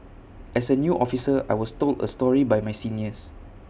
as A new officer I was told A story by my seniors